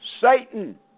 Satan